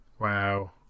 Wow